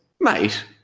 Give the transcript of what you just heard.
mate